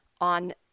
on